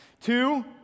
Two